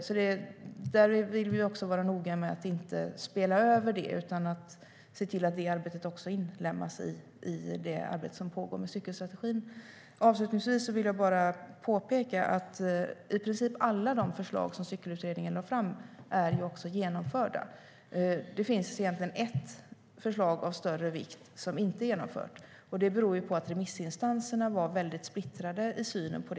Vi vill vara noga med att inte spela över det utan se till att det arbetet också inlemmas i det arbete som pågår med cykelstrategin. Avslutningsvis vill jag bara påpeka att i princip alla de förslag som Cykelutredningen lade fram är genomförda. Det finns egentligen bara ett förslag av större vikt som inte är genomfört, och det beror på att remissinstanserna var väldigt splittrade i sin syn.